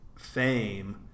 Fame